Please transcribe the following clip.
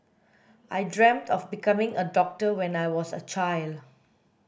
I dreamt of becoming a doctor when I was a child